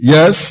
Yes